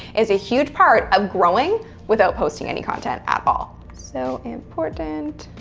is a huge part of growing without posting any content at all. so important.